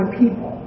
people